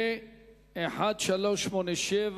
פ/1387,